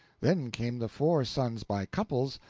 then came the four sons by couples,